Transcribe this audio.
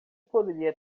poderia